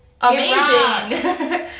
amazing